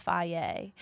FIA